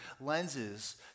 lenses